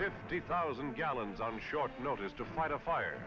fifty thousand gallons on short notice to fight a fire